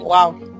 Wow